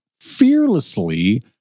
fearlessly